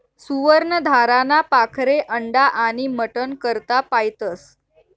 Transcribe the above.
सुवर्ण धाराना पाखरे अंडा आनी मटन करता पायतस